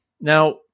Now